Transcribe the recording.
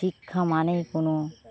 শিক্ষা মানেই কোনো